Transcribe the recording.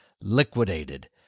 liquidated